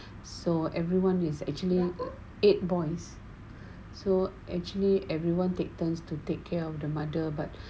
so everyone is actually eight boys so actually everyone take turns to take care of the mother but